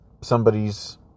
somebody's